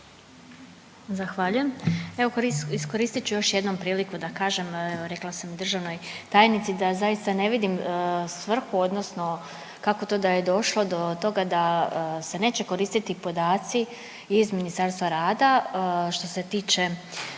Zahvaljujem. Evo iskoristit ću još jednom priliku da kažem rekla sam državnoj tajnici da zaista ne vidim svrhu, odnosno kako to da je došlo do toga da se neće koristiti podaci iz Ministarstva rada što se tiče